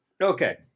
Okay